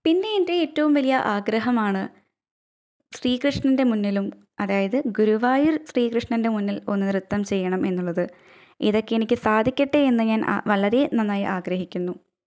പിന്നെ എൻ്റെ ഏറ്റവും വലിയ ആഗ്രഹമാണ് ശ്രീകൃഷ്ണൻ്റെ മുന്നിലും അതായത് ഗുരുവായൂർ ശ്രീകൃഷ്ണൻ്റെ മുന്നിൽ ഒന്ന് നൃത്തം ചെയ്യണം എന്നുള്ളത് ഇതൊക്കെ എനിക്ക് സാധിക്കട്ടെ എന്ന് ഞാൻ വളരെ നന്നായി ആഗ്രഹിക്കുന്നു